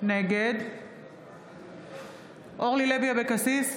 נגד אורלי לוי אבקסיס,